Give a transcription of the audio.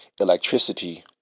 electricity